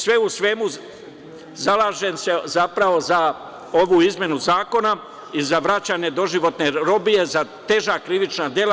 Sve u svemu zalažem se zapravo za ovu izmenu zakona i za vraćanje doživotne robije za teža krivična dela.